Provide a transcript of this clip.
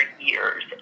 years